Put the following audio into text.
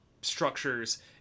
structures